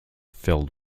filled